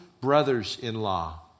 brothers-in-law